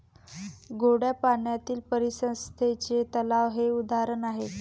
गोड्या पाण्यातील परिसंस्थेचे तलाव हे उदाहरण आहे